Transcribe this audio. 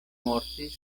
mortis